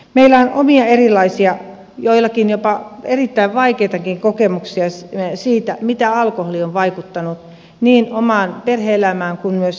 meillä on omia erilaisia joillakin jopa erittäin vaikeitakin kokemuksia siitä miten alkoholi on vaikuttanut niin omaan perhe elämään kuin myös lähiyhteisöön